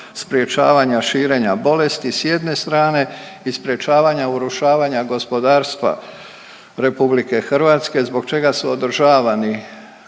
sprječavanja širenja bolesti s jedne strane i sprječavanja urušavanja gospodarstva Republike Hrvatske zbog čega su održavani